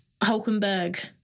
Hulkenberg